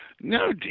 no